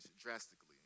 drastically